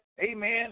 amen